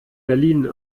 berlin